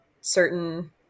certain